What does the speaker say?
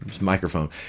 microphone